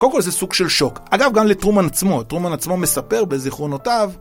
קודם כל זה סוג של שוק, אגב גם לטרומן עצמו, טרומן עצמו מספר בזיכרונותיו